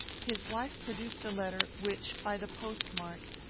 his wife produced a letter, which, by the postmark,